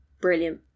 Brilliant